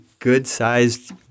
good-sized